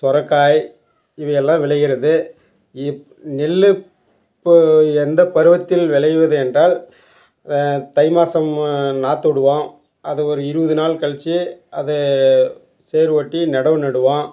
சுரக்காய் இவை எல்லாம் விளைகிறது இப் நெல் இப்போது எந்த பருவத்தில் விளைவது என்றால் தை மாதம் நாற்று விடுவோம் அது ஒரு இருபது நாள் கழிச்சி அதை சேறு ஓட்டி நடவு நடுவோம்